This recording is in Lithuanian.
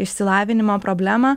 išsilavinimo problemą